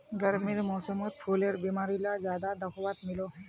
गर्मीर मौसमोत फुलेर बीमारी ला ज्यादा दखवात मिलोह